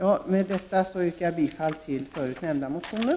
Med det anförda yrkar jag bifall till förut nämnda motioner.